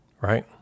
Right